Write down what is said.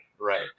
Right